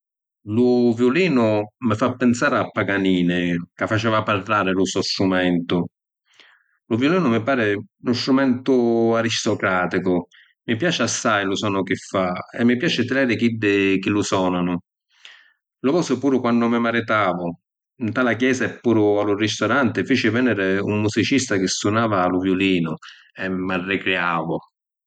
Lu viulinu mi fa pinsari a Paganini ca faceva parrari lu so’ strumentu. Lu viulinu mi pari nu strumentu aristucraticu, mi piaci assai lu sonu chi fa e mi piaci taliàri chiddi chi lu sonanu. Lu vosi puru quannu mi maritavu, nta la chiesa e puru a lu ristoranti fici veniri un musicista chi sunava lu viulinu e m’arricriàvu.